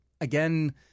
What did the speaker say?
again